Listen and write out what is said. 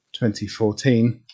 2014